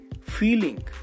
feeling